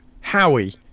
Howie